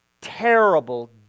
terrible